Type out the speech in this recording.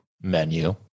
menu